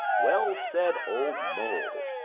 well said, old mole!